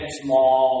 small